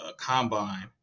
combine